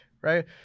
Right